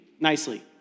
nicely